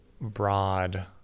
broad